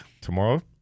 Tomorrow